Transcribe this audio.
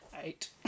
Eight